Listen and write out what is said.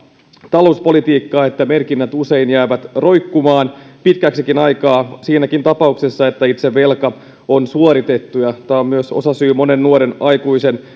talouspolitiikkaa että merkinnät usein jäävät roikkumaan pitkäksikin aikaa siinäkin tapauksessa että itse velka on suoritettu tämä on myös osasyy monen nuoren aikuisen